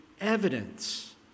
evidence